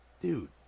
Dude